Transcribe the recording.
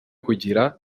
kugira